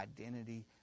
identity